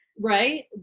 Right